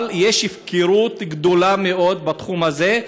אבל יש הפקרות גדולה מאוד בתחום הזה,